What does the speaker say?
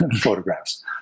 photographs